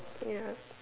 ya